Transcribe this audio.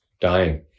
dying